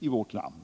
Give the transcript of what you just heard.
i vårt land.